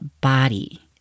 body